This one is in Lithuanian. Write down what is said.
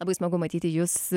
labai smagu matyti jus